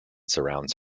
surrounds